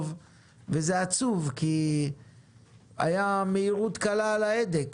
וזה עצוב כי המהירות הייתה קלה על ההדק.